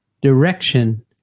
direction